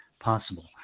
possible